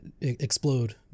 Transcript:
explode